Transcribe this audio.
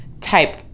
type